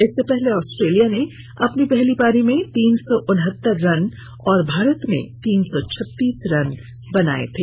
इससे पहले आस्ट्रेलिया ने अपनी पहली पारी में तीन सौ उनहतर रन और भारत ने तीन सौ छत्तीस रन बनाए थे